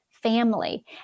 family